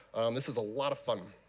this is a lot of fun.